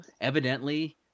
evidently